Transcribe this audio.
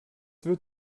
wird